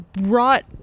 brought